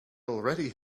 already